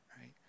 Right